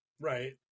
Right